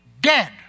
dead